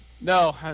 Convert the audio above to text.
no